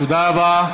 תודה רבה.